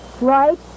Right